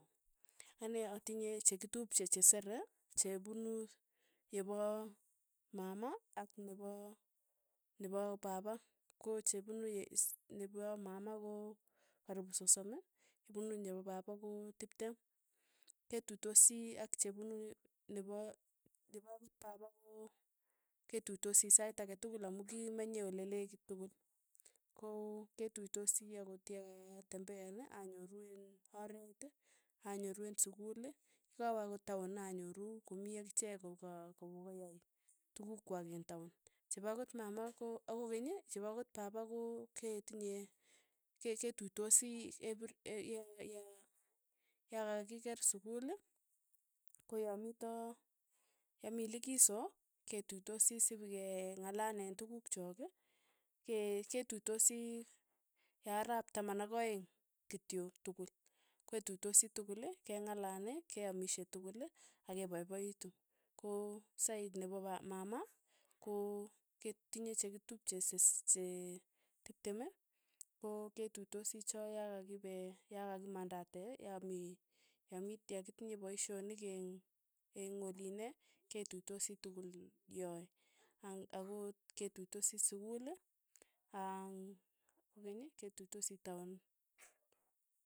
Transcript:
Ane atinye chekitupchei che seere. che punu ye poo mama. ak nepo nepo papa, ko chepunu is nipo mama ko karipu sosom, nepunu nepa papa ko tiptem, ketuitosi ak chepunu nipa nipa akot papa ko ketuitosi sait ake tukul amu kimenye ole lekit tukul, ko ketuitosi akot ya katembean, anyoru ing oreet, anyoru eng' sukul, kokawe ang'ot taun anyoru komii akichek kopa kopopayai tukuk kwai eng' taun, chepo akot mama ko akokeny chepo akot papa ko ketinyei ke- ke ketuitosi epery ya- ya- ya kakikeer sukul, ko ya mitoo ya mii likiso, ketuitosi sike ng'alaleen tukuk chok ke- ketuitosi ya arap taman ak aeng' kityo tukul, ketuitosi tukul keng'alal, keamishe tukul ak kepaipaitu, ko sait ne pa pa mama ko ketinye chekitupche sisii see tiptem ii, ko ketuitosi cho yakakipe yakakimandate yamii yamitye yakitinye paishonik eng'-eng' olinee, ketuitosi tukul yoe, ang ako ketuitosi sukul aa kokeny ketuitosi taun.